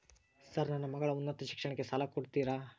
Sir ನನ್ನ ಮಗಳ ಉನ್ನತ ಶಿಕ್ಷಣಕ್ಕೆ ಸಾಲ ಕೊಡುತ್ತೇರಾ?